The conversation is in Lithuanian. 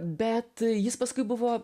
bet jis paskui buvo